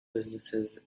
businesses